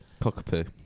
Cockapoo